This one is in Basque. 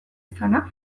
izana